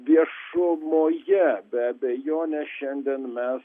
viešumoje be abejonės šiandien mes